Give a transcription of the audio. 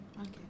Okay